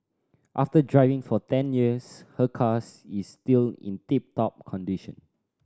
after driving for ten years her cars is still in tip top condition